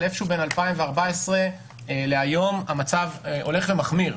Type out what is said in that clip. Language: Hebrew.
אבל איפשהו בין 2014 להיום המצב הולך ומחמיר.